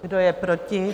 Kdo je proti?